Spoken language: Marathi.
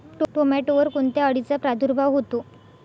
टोमॅटोवर कोणत्या अळीचा प्रादुर्भाव होतो?